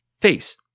Face